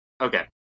Okay